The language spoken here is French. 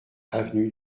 avenue